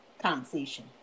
Conversation